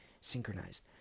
synchronized